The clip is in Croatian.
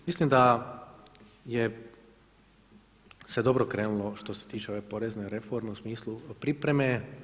Mislim da se dobro krenulo što se tiče ove porezne reforme u smislu pripreme.